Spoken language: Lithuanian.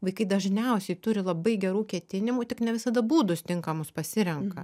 vaikai dažniausiai turi labai gerų ketinimų tik ne visada būdus tinkamus pasirenka